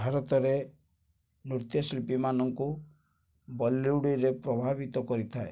ଭାରତରେ ନୃତ୍ୟଶିଳ୍ପୀମାନଙ୍କୁ ବଲିଉଡ଼ରେ ପ୍ରଭାବିତ କରିଥାଏ